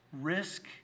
Risk